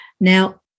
Now